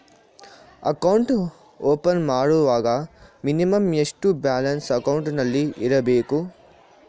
Account open ಮಾಡುವಾಗ minimum ಎಷ್ಟು balance ಅಕೌಂಟಿನಲ್ಲಿ ಇರಬೇಕು?